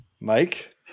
Mike